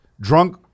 Drunk